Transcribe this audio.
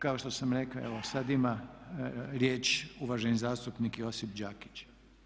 Kao što sam rekao, evo sad ima riječ uvaženi zastupnik Josip Đakić.